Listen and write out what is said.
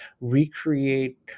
recreate